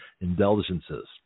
indulgences